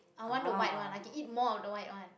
i want the white one i can eat more of the white one